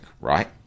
right